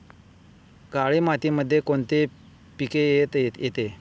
काळी मातीमध्ये कोणते पिके येते?